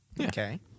Okay